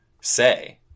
say